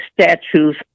statues